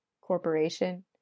corporation